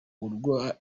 urwa